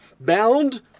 bound